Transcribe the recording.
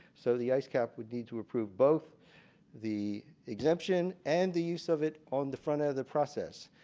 so the iscap will need to approve both the exemption and the use of it on the front end of the process.